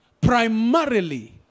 primarily